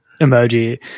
emoji